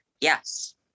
Yes